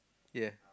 yea